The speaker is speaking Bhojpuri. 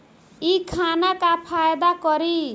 इ खाना का फायदा करी